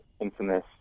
infamous